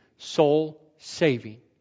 Soul-saving